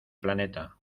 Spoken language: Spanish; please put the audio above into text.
planeta